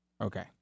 Okay